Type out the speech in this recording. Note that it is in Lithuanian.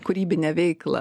kūrybinę veiklą